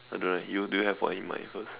I don't know eh you do you have one in mind first